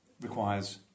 requires